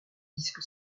disque